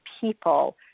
people